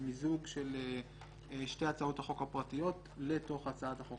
על מיזוג של שתי הצעות החוק הפרטיות לתוך הצעת החוק